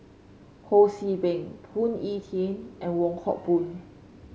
Ho See Beng Phoon Yew Tien and Wong Hock Boon